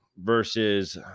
versus